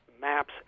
maps